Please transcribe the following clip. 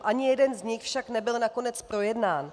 Ani jeden z nich však nebyl nakonec projednán.